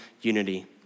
unity